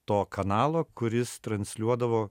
to kanalo kuris transliuodavo